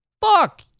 Fuck